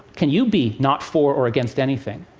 can you be not for or against anything?